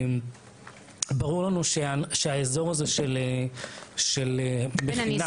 ברור לנו שהאזור של המכינה --- בן,